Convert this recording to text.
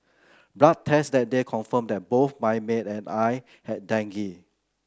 blood test that day confirmed that both my maid and I had dengue